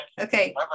Okay